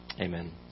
Amen